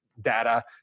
data